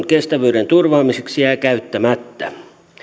kestävyyden turvaamiseen jää käyttämättä